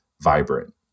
vibrant